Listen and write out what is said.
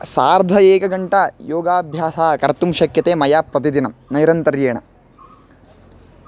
सार्ध एकघण्टा योगाभ्यासः कर्तुं शक्यते मया प्रतिदिनं नैरन्तर्येण